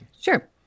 Sure